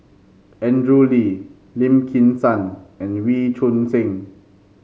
Andrew Lee Lim Kim San and Wee Choon Seng